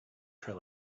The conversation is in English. trail